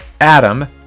Adam